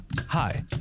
Hi